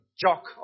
Jock